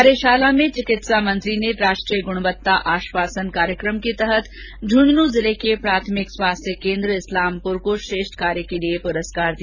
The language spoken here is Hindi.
कार्यशाला में चिकित्सा मंत्री ने राष्ट्रीय ग्रणवत्ता आश्वासन कार्यक्रम के तहत झुंझुनू जिले के प्राथमिक स्वास्थ्य केन्द्र इस्लामपुर को श्रेष्ठ कार्य के लिए पुरस्कार दिया